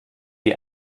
die